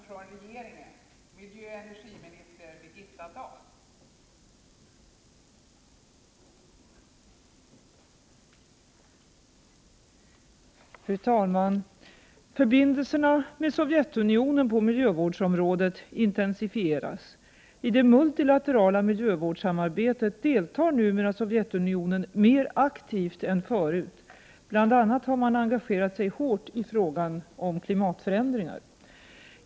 Förbindelserna med Sovjetunionen när det gäller miljövårdsområdet intensifieras. I det multilaterala miljövårdssamarbetet deltar nume ra Sovjetunionen mer aktivt än tidigare. Bl.a. har man engagerat sig stort i frågan om klimatförändringar.